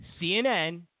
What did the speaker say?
CNN